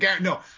No